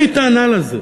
אין לי טענה לזה.